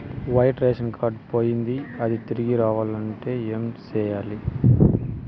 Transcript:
white ration card పోయింది అది తిరిగి కావాలంటే ఏం సేయాలి